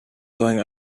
going